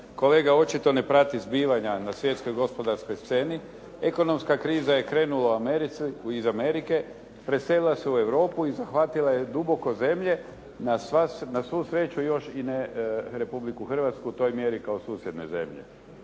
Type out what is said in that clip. Kolega očito ne prati zbivanja na svjetskoj gospodarskoj sceni. Ekonomska kriza je krenula iz Amerike, preselila se u Europu i zahvatila je duboko zemlje, na svu sreću još ne Republiku Hrvatsku u toj mjeri kao susjedne zemlje.